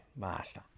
master